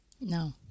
No